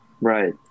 Right